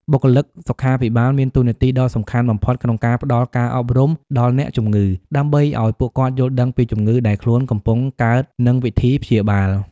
បុគ្គលិកសុខាភិបាលមានតួនាទីដ៏សំខាន់បំផុតក្នុងការផ្តល់ការអប់រំដល់អ្នកជំងឺ ដើម្បីឱ្យពួកគាត់យល់ដឹងពីជំងឺដែលខ្លួនកំពុងកើតនិងវិធីព្យាបាល។